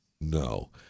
No